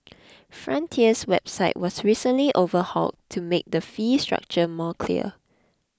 frontier's website was recently overhauled to make the fee structure more clear